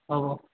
হ'ব